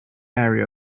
area